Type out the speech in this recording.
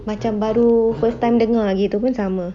macam baru first time dengar gitu pun sama